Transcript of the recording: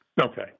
Okay